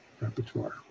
repertoire